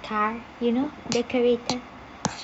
car you know decorator